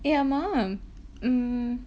!hey! ஆமா:aamaa mm